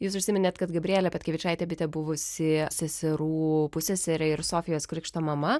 jūs užsiminėt kad gabrielė petkevičaitė bitė buvusi seserų pusseserė ir sofijos krikšto mama